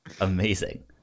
Amazing